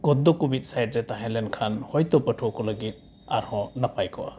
ᱜᱚᱫᱽᱫᱚ ᱠᱚ ᱢᱤᱫ ᱥᱟᱭᱤᱰᱨᱮ ᱛᱟᱦᱮᱸ ᱞᱮᱱᱠᱷᱟᱱ ᱦᱚᱭᱛᱚ ᱯᱟᱹᱴᱷᱩᱣᱟᱹ ᱠᱚ ᱞᱟᱹᱜᱤᱫ ᱟᱨᱦᱚᱸ ᱱᱟᱯᱟᱭᱠᱚᱜᱼᱟ